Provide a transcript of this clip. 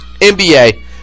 NBA